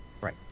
Right